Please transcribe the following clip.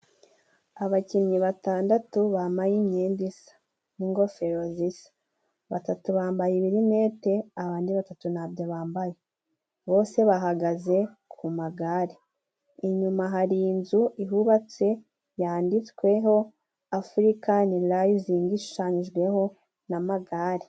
Abakinnyi batandatu bambaye imyenda isa n'ingofero zisa, batatu bambaye ibirinete abandi batatu nta byo bambaye, bose bahagaze ku magare. Inyuma hari inzu ihubatse yanditsweho afurikani rayizingi, ishushanyijweho n'amagare.